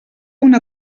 una